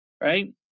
Right